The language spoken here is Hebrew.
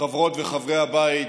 חברות וחברי הבית,